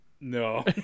no